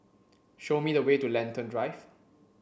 show me the way to Lentor Drive